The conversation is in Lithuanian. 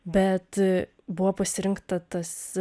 bet buvo pasirinkta tas